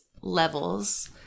levels